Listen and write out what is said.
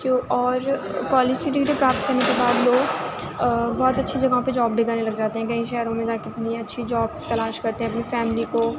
کہ اور کالج کی ڈگری پراپت کرنے کے بعد لوگ بہت اچھی جگہوں پہ جاب بھی کرنے لگ جاتے ہیں کہیں شہروں میں جا کے اپنی اچھی جاب تلاش کرتے ہیں اپنی فیملی کو